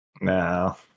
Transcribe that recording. No